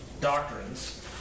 doctrines